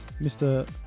Mr